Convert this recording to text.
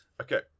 Okay